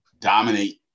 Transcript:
dominate